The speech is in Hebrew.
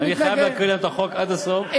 אני חייב להקריא להם את החוק עד הסוף,